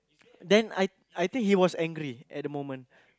then I I think he was angry at the moment